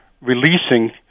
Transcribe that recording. releasing